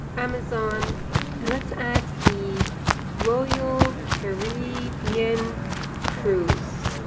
amazon and let's add the royal caribbean cruise.